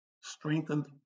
strengthened